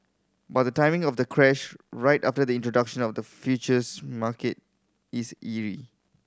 but the timing of the crash right after the introduction of the futures market is eerie